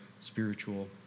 spiritual